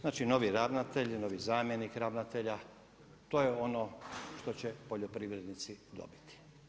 Znači novi ravnatelj, novi zamjenik ravnatelja, to je ono što će poljoprivrednici dobiti.